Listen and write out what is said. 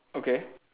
okay